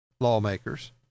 lawmakers